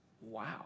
Wow